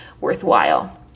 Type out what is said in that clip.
worthwhile